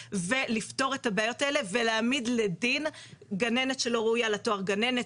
ולפתור את הבעיות האלה ולהעמיד לדין גננת שלא ראויה לתואר גננת,